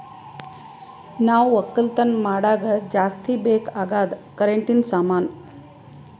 ನಾವ್ ಒಕ್ಕಲತನ್ ಮಾಡಾಗ ಜಾಸ್ತಿ ಬೇಕ್ ಅಗಾದ್ ಕರೆಂಟಿನ ಸಾಮಾನು